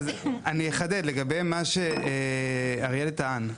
אני אחדד, לגבי מה שאריאל טען,